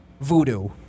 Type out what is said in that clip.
voodoo